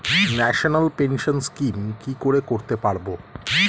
National pension scheme কি করে করতে পারব?